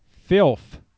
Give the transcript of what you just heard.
Filth